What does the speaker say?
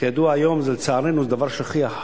כידוע, היום, לצערנו, זה דבר שכיח,